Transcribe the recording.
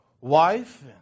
wife